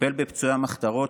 טיפל בפצועי המחתרות,